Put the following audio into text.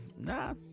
Nah